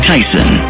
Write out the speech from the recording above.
Tyson